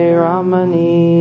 ramani